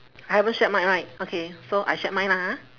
I haven't shared mine right okay so I shared mine lah ha